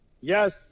Yes